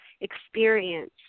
experience